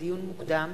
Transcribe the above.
לדיון מוקדם: